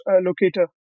Locator